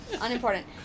Unimportant